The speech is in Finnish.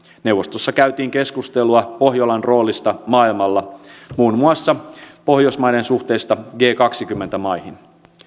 neuvostossa käytiin keskustelua pohjolan roolista maailmalla muun muassa pohjoismaiden suhteista g kaksikymmentä maihin